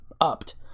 upped